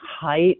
height